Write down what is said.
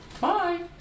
Bye